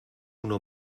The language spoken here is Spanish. uno